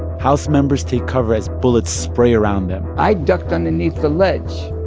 house members take cover as bullets spray around them i ducked underneath the ledge.